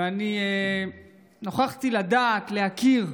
ואני נוכחתי לדעת, להכיר,